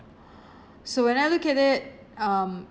so when I look at it um